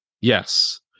Yes